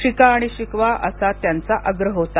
शिका आणि शिकवा असा त्यांचा आग्रह होता